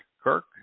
kirk